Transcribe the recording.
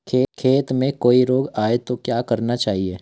खेत में कोई रोग आये तो क्या करना चाहिए?